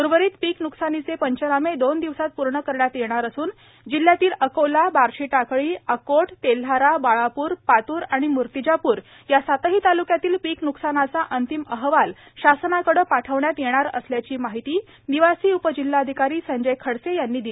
उर्वरित पीक न्कसानीचे पंचनामे दोन दिवसात पूर्ण करण्यात येणार असून जिल्ह्यातील अकोला बार्शीटाकळी अकोट तेल्हारा बाळापूर पातूर आणि मूर्तीजापूर या सातही ताल्क्यातील पीक न्कसानाचा अंतिम अहवाल शासनाकडे पाठविण्यात येणार असल्याची माहिती निवासी उपजिल्हाधिकारी संजय खडसे यांनी दिली